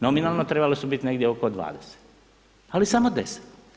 Nominalno trebale su biti negdje oko 20 ali samo 10.